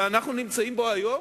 שאנחנו נמצאים בו היום?